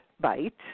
bite